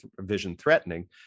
vision-threatening